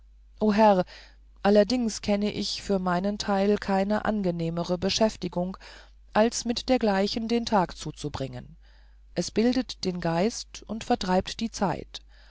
herr allerdings kenne ich für meinen teil keine angenehmere beschäftigung als mit dergleichen den tag zuzubringen es bildet den geist und vertreibt die zeit